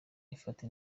ufata